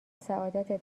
سعادتت